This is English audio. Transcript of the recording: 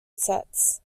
sets